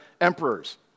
emperors